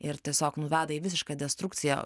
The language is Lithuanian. ir tiesiog nu veda į visišką destrukciją